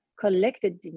collected